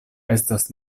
estas